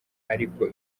ariko